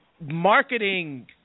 marketing